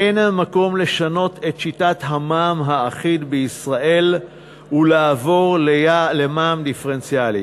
אין מקום לשנות את שיטת המע"מ האחיד בישראל ולעבור למע"מ דיפרנציאלי.